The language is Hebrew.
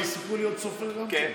אז יש לך סיכוי להיות סופר גם כן.